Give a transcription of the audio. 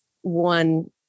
one